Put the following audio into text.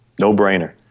no-brainer